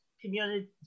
community